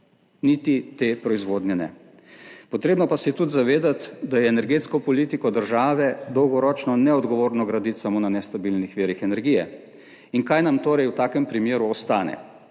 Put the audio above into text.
Niti te proizvodnje ne. Treba pa se je tudi zavedati, da je energetsko politiko države dolgoročno neodgovorno graditi samo na nestabilnih virih energije. Kaj nam torej v takem primeru ostane?